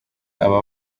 aba